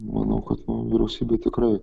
manau kad nu vyriausybė tikrai